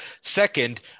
Second